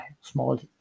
small